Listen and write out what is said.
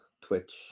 Twitch